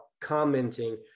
commenting